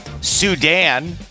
Sudan